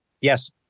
Yes